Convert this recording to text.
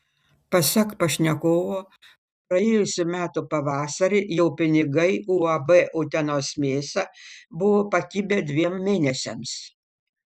pasak pašnekovo praėjusių metų pavasarį jo pinigai uab utenos mėsa buvo pakibę dviem mėnesiams